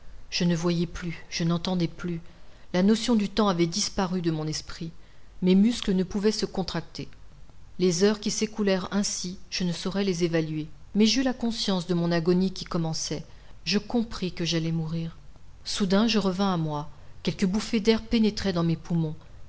je ne voyais plus je n'entendais plus la notion du temps avait disparu de mon esprit mes muscles ne pouvaient se contracter les heures qui s'écoulèrent ainsi je ne saurais les évaluer mais j'eus la conscience de mon agonie qui commençait je compris que j'allais mourir soudain je revins à moi quelques bouffées d'air pénétraient dans mes poumons